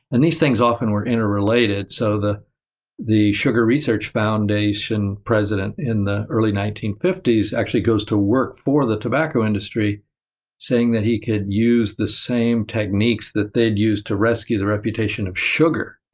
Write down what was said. and these things often were interrelated. so, the the sugar research foundation president in the early nineteen fifty s actually goes to work for the tobacco industry saying that he could use the same techniques that they'd used to rescue the reputation of sugar